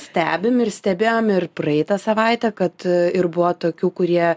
stebim ir stebėjom ir praeitą savaitę kad ir buvo tokių kurie